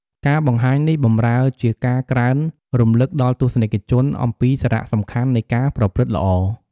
ការបង្ហាញនេះបម្រើជាការក្រើនរំលឹកដល់ទស្សនិកជនអំពីសារៈសំខាន់នៃការប្រព្រឹត្តល្អ។